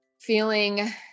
feeling